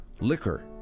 liquor